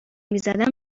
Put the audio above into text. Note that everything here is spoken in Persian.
میزدم